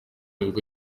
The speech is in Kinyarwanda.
ubwo